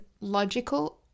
logical